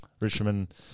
Richmond